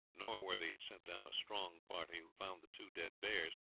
norworthy had sent down a strong party, who found the two dead bears,